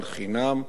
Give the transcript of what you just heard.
אבל חינם.